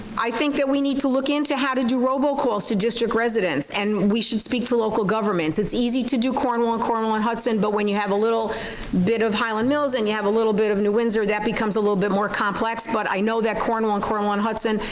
i think that we need to look into how to do robocalls to district residents and we should speak to local governments. it's easy to do cornwall, cornwall and hudson, but when you have a little bit of highland mills and you have a little bit of new windsor, that becomes a little bit more complex, but i know that cornwall, cornwall on hudson,